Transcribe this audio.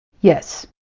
Yes